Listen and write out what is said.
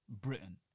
Britain